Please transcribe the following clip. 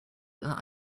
that